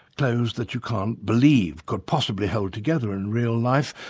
clothes that you can't believe could possibly hold together in real life,